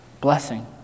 Blessing